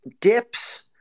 dips